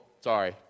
Sorry